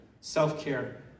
self-care